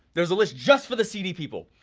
there was a list just for the cd people,